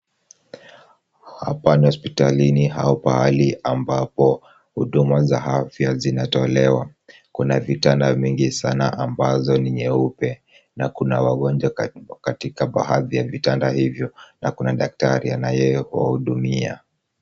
Hapa ni hospitalini au hapahali ambapo huduma za afya zinatolewa. Kuna vita mingi sana ambazo ni nyeupe, na kuna wagonjwa katika baadhi ya vitanda hivyo na kuna daktari anayewahudumia.